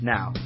Now